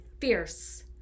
fierce